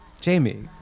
Jamie